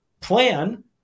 plan